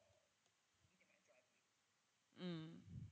mm